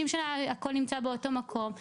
50 שנה הכל נמצא באותו המקום.